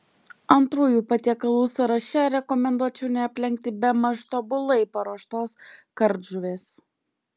antrųjų patiekalų sąraše rekomenduočiau neaplenkti bemaž tobulai paruoštos kardžuvės